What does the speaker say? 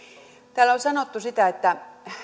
täällä on sanottu että